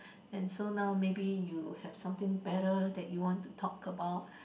and so now maybe you have something better that you want to talk about